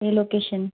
A location